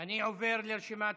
אני עובר לרשימת